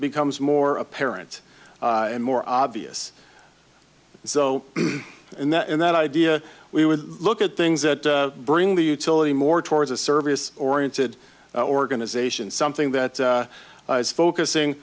becomes more apparent and more obvious so in that in that idea we would look at things that bring the utility more towards a service oriented organization something that is focusing